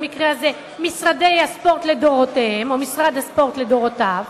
במקרה הזה משרדי הספורט לדורותיהם או משרד הספורט לדורותיו,